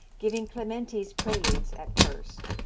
giving clementi's preludes at first.